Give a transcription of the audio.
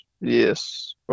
Yes